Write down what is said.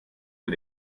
für